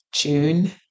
June